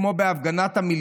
כמו בהפגנת המיליון,